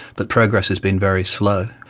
but progress has been very slow.